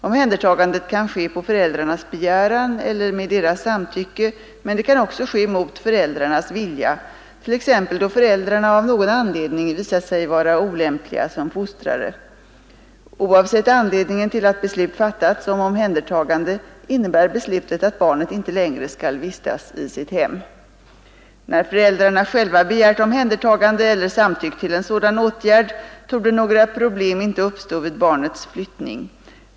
Omhändertagandet kan ske på föräldrarnas begäran eller med deras samtycke men det kan också ske mot föräldrarnas vilja, t.ex. då föräldrarna av någon anledning visat sig vara olämpliga som fostrare. Oavsett anledningen till att beslut fattats om omhändertagande innebär beslutet att barnet inte längre skall vistas i sitt hem. När föräldrarna själva begärt omhändertagande eller samtyckt till en sådan åtgärd torde några problem inte uppstå vid barnets flyttning.